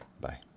Bye